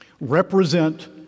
represent